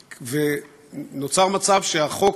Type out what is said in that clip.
ונוצר מצב שהחוק